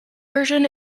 version